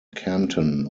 canton